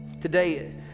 Today